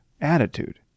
attitude